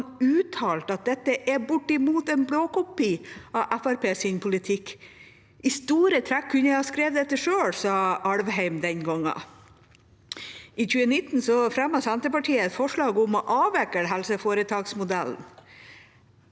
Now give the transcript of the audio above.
uttalte at dette er bortimot en blåkopi av Fremskrittspartiets politikk. I store trekk kunne jeg ha skrevet dette selv, sa Alvheim den gangen. I 2019 fremmet Senterpartiet et forslag om å avvikle helseforetaksmodellen.